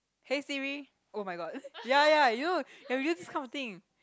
hey Siri oh-my-god ya ya you know ya we use this kind of thing